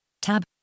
tab